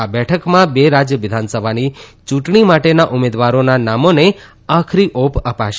આ બેઠકમાં બે રાજ્ય વિધાનસભાની ચૂંટણી માટેના ઉમેદવારોના નામોને આખરી ઓપ અપાશે